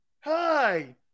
Hi